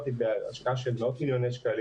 היא השקעה של מאות מיליוני שקלים